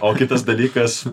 o kitas dalykas